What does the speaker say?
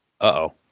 Uh-oh